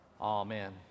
Amen